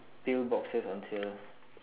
pill boxes on tier